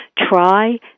try